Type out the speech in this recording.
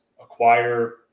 acquire